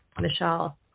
Michelle